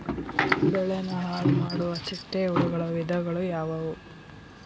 ಬೆಳೆನ ಹಾಳುಮಾಡುವ ಚಿಟ್ಟೆ ಹುಳುಗಳ ವಿಧಗಳು ಯಾವವು?